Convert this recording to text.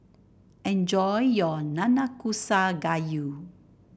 enjoy your Nanakusa Gayu